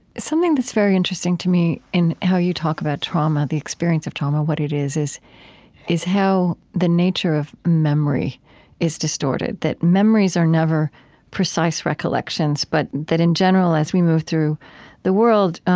something that's very interesting to me in how you talk about trauma, the experience of trauma, what it is, is is how the nature of memory is distorted, that memories are never precise recollections, but that in general, as we move through the world,